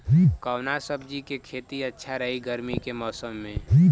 कवना सब्जी के खेती अच्छा रही गर्मी के मौसम में?